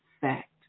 fact